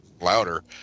louder